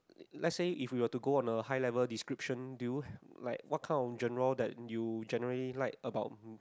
let said if you have to go a high level description do you like what kind of journal that you generally like about